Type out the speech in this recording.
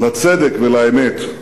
לצדק ולאמת.